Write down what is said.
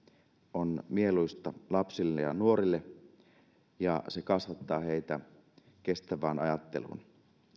on mieluista lapsille ja nuorille ja se kasvattaa heitä kestävään ajatteluun